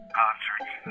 concerts